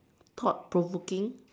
thought provoking